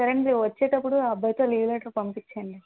సరే అండి వచ్చేటప్పుడు ఆ అబ్బాయితో లీవ్ లెటర్ పంపించండి